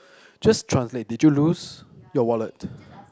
just translate did you lose your wallet